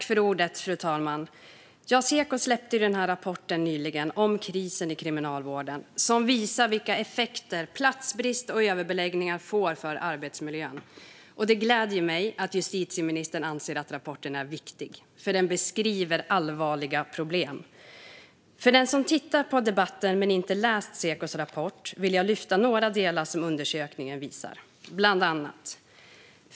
Fru talman! Seko släppte nyligen en rapport om krisen i Kriminalvården som visar vilka effekter platsbrist och överbeläggningar får för arbetsmiljön. Det gläder mig att justitieministern anser att rapporten är viktig, för den beskriver allvarliga problem. För den som tittar på debatten men inte har läst Sekos rapport vill jag lyfta några delar som undersökningen visar.